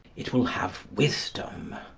it will have wisdom.